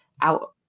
out